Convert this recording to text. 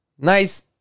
Nice